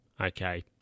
Okay